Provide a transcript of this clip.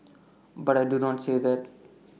but I do not say that